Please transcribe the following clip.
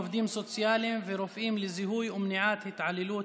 עובדים סוציאליים ורופאים לזיהוי ומניעת התעללות